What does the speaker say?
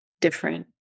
different